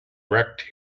wrecked